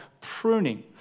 pruning